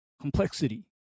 complexity